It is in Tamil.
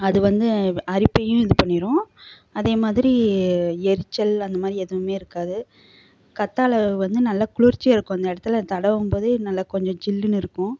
அது வந்து இப்போ அரிப்பையும் இது பண்ணிவிடும் அதே மாதிரி எரிச்சல் அந்த மாதிரி எதுவுமே இருக்காது கத்தாழை வந்து நல்ல குளிர்ச்சியாக இருக்கும் அந்த இடத்துல தடவும்போதே நல்ல கொஞ்சம் ஜில்லுன்னு இருக்கும்